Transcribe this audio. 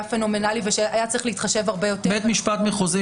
פנומנלי ושהיה צריך להתחשב הרבה יותר בית משפט מחוזי